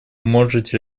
можете